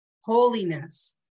holiness